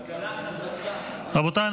רבותיי,